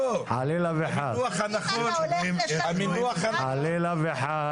המינוח הנכון -- חלילה וחס.